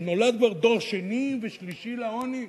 שנולד כבר דור שני ושלישי לעוני.